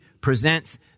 presents